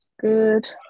good